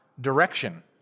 direction